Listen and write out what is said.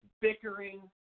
bickering